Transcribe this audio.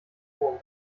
turm